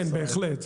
כן, בהחלט.